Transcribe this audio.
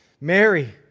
Mary